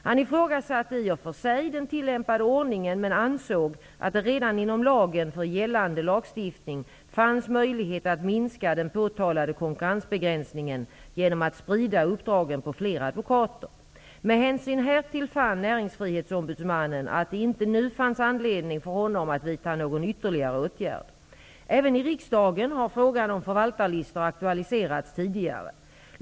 Han ifrågasatte i och för sig den tillämpade ordningen men ansåg att det redan inom ramen för gällande lagstiftning fanns möjlighet att minska den påtalade konkurrensbegränsningen genom att sprida uppdraget på fler advokater. Med hänsyn härtill fann Näringsfrihetsombudsmannen att det inte nu fanns anledning för honom att vidta någon ytterligare åtgärd. Även i riksdagen har frågan om förvaltarlistor aktualiserats tidigare.